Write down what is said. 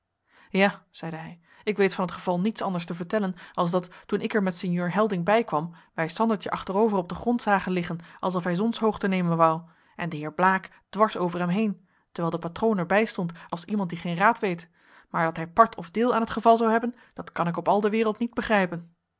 ja zeide hij ik weet van het geval niets anders te vertellen als dat toen ik er met sinjeur helding bijkwam wij sandertje achterover op den grond zagen liggen alsof hij zonshoogte nemen wou en den heer blaek dwars over hem heen terwijl de patroon er bijstond als iemand die geen raad weet maar dat hij part of deel aan het geval zou hebben dat kan ik op al de wereld niet begrijpen